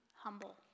humble